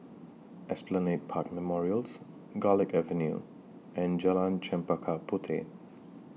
Esplanade Park Memorials Garlick Avenue and Jalan Chempaka Puteh